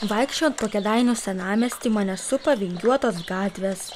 vaikščiojant po kėdainių senamiestį mane supa vingiuotos gatvės